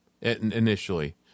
initially